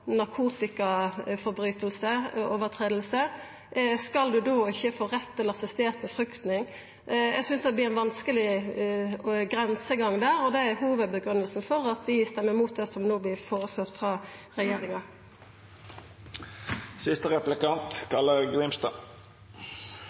narkotikabrot, skal ein ikkje då få rett til assistert befruktning? Eg synest det vert ein vanskeleg grensegang der, og det er hovudgrunngivinga for at vi stemmer mot det som no vert føreslått frå